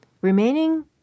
Remaining